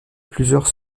plusieurs